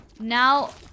now